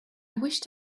wished